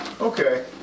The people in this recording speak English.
Okay